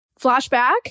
flashback